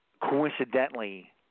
coincidentally